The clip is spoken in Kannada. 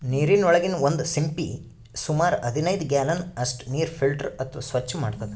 ನೀರಿನೊಳಗಿನ್ ಒಂದ್ ಸಿಂಪಿ ಸುಮಾರ್ ಹದನೈದ್ ಗ್ಯಾಲನ್ ಅಷ್ಟ್ ನೀರ್ ಫಿಲ್ಟರ್ ಅಥವಾ ಸ್ವಚ್ಚ್ ಮಾಡ್ತದ್